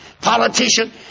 politician